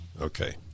Okay